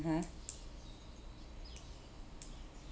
(uh huh)